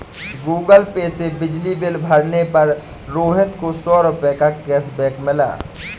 Google Pay से बिजली bill भरने पर रोहित को सौ रूपए का कैशबैक मिला